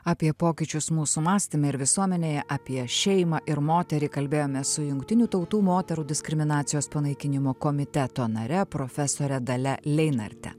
apie pokyčius mūsų mąstyme ir visuomenėje apie šeimą ir moterį kalbėjomės su jungtinių tautų moterų diskriminacijos panaikinimo komiteto nare dalia leinarte